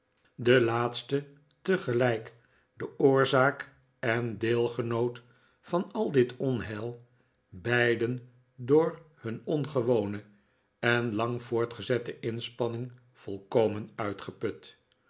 de laatste tegelijk de oorzaak en deelgenoot van al dit onheil beiden door hun ongewone en lang voortgezette inspanning volkomen uitgeput